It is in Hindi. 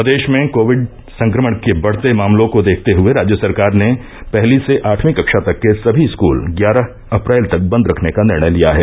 प्रदेश में कोविड संक्रमण के बढते मामलों को देखते हुए राज्य सरकार ने पहली से आठवीं कक्षा तक के सभी स्कूल ग्यारह अप्रैल तक बंद रखने का निर्णय लिया है